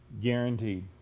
Guaranteed